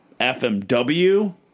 FMW